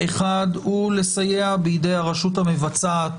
האחד הוא לסייע בידי הרשות המבצעת